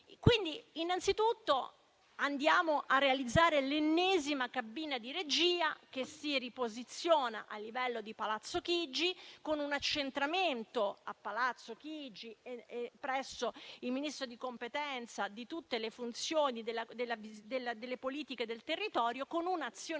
Quindi, innanzitutto, andiamo a realizzare l'ennesima cabina di regia che si riposiziona a livello di Palazzo Chigi, con un accentramento a Palazzo Chigi e presso il Ministero di competenza di tutte le funzioni relative alle politiche del territorio, con un'azione